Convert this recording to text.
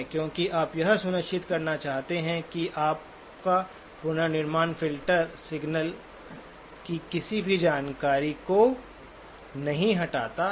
क्योंकि आप यह सुनिश्चित करना चाहते हैं कि आपका पुनर्निर्माण फ़िल्टर सिग्नल की किसी भी जानकारी को नहीं हटाता है